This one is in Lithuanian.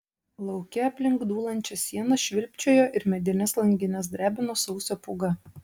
lauke aplink dūlančias sienas švilpčiojo ir medines langines drebino sausio pūga